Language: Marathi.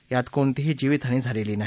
यात कोणतीही जीवितहानी झालेली नाही